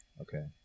Okay